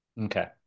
Okay